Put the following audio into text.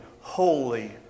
holy